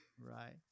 Right